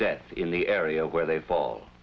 death in the area where they fall